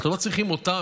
אנחנו לא צריכים אותם,